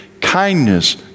kindness